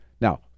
Now